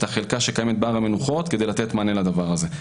החלקה שקיימת בהר המנוחות כדי לתת מענה לדבר הזה.